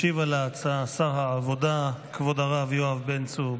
ישיב על ההצעה שר העבודה, כבוד הרב יואב בן צור.